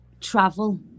travel